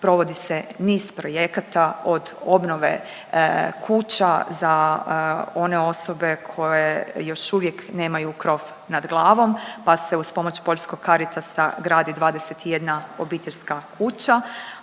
provodi se niz projekata od obnove kuća za one osobe koje još uvijek nemaju krov nad glavom pa se uz pomoć poljskog Caritasa gradi 21 obiteljska kuća,